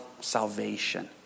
salvation